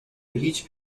هیچ